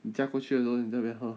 你驾过去的时候你在那边喝